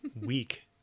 Weak